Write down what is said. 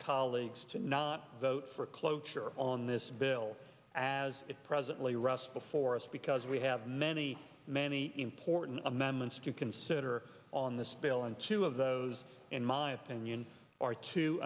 colleagues to not vote for cloture on this bill as it presently rest before us because we have many many important amendments to consider on this bill and two of those in my opinion are two